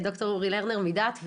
ד"ר אורי לרנר מדעת,